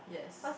yes